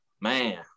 Man